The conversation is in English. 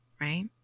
right